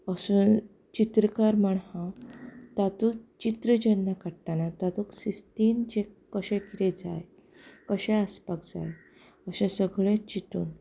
असो चित्रकार म्हण हांव तातूंत चित्र जेन्ना काडटाना तातूंत सिस्तीन जें कशें कितें जाय कशें आसपाक जाय अशें सगळें चिंतून